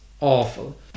awful